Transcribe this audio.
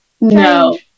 No